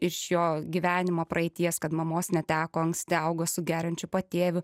iš jo gyvenimo praeities kad mamos neteko anksti augo su geriančiu patėviu